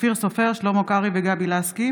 אופיר סופר, שלמה קרעי וגבי לסקי